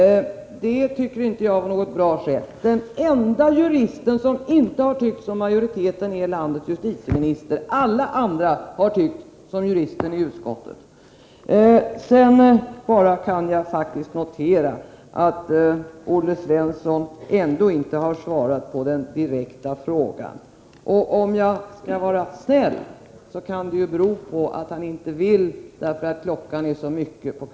Den enda jurist som har tyckt som majoriteten är landets justitieminister. Alla andra har tyckt som juristen i utskottet. Sedan kan jag bara notera att Olle Svensson ändå inte har svarat på den direkta frågan. Om jag skall vara snäll, kan jag se det som att han inte vill svara eftersom klockan är så mycket.